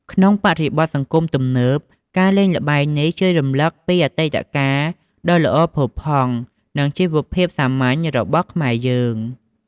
ក្នុងបរិបទសង្គមទំនើប ការលេងល្បែងនេះជួយរំលឹកពីអតីតកាលដ៏ល្អផូរផង់ និងជីវភាពសាមញ្ញរបស់ខ្មែរយើង។